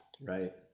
Right